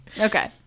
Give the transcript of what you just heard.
okay